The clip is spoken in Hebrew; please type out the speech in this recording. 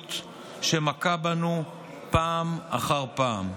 מהמציאות שמכה בנו פעם אחר פעם.